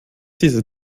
diese